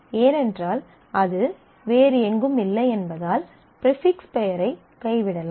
ஏனென்றால் அது வேறு எங்கும் இல்லை என்பதால் ஃப்ரிபிக்ஸ் பெயரை கைவிடலாம்